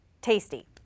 tasty